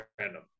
random